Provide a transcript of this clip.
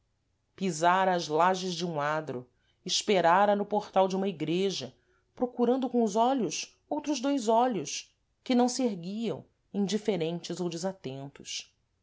pisara as lages de um adro esperara no portal de uma igreja procurando com os olhos outros dois olhos que não se erguiam indiferentes ou desatentos